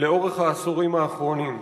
לאורך העשורים האחרונים.